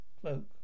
cloak